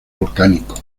volcánico